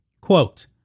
Quote